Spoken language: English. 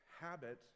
habit